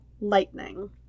lightning